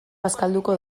bazkalduko